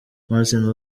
martin